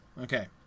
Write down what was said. Okay